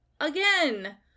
Again